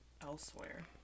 elsewhere